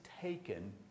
taken